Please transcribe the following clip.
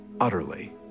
utterly